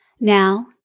Now